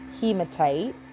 hematite